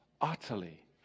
utterly